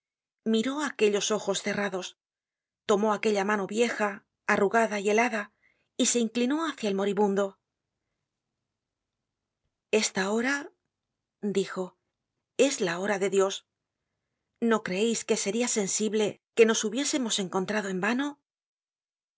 miró aquellos ojos cerrados tomó aquella mano vieja arrugada y helada y se inclinó hácia el moribundo esta hora dijo es la hora de dios no creeis que seria sensible que nos hubiésemos encontrado en vano